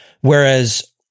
Whereas